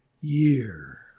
year